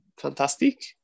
Fantastic